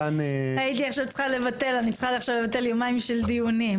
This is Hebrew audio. הייתי צריכה עכשיו לבטל יומיים של דיונים.